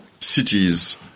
cities